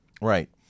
Right